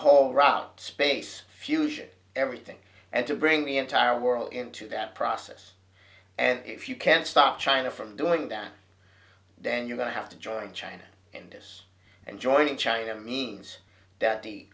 whole route space fusion everything and to bring the entire world into that process and if you can't stop china from doing down then you're going to have to join china in this and joining china means